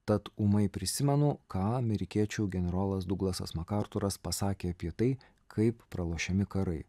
tad ūmai prisimenu ką amerikiečių generolas duglasas makarturas pasakė apie tai kaip pralošiami karai